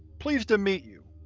pleased to meet you.